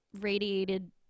radiated